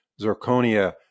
zirconia